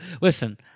Listen